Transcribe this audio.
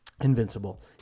Invincible